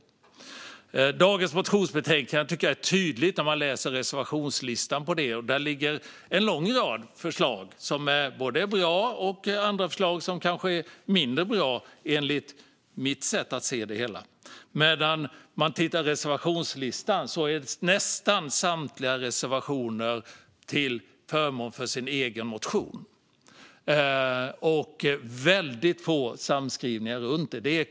I dagens motionsbetänkande finns en lång rad förslag, och somliga är bra och andra är kanske mindre bra, enligt mitt sätt att se det hela. Men om man tittar i reservationslistan ser man att nästan samtliga reservationer är till förmån för den egna motionen, och det är väldigt få samskrivningar.